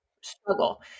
struggle